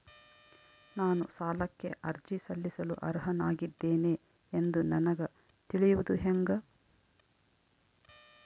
ನಾನು ಸಾಲಕ್ಕೆ ಅರ್ಜಿ ಸಲ್ಲಿಸಲು ಅರ್ಹನಾಗಿದ್ದೇನೆ ಎಂದು ನನಗ ತಿಳಿಯುವುದು ಹೆಂಗ?